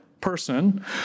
person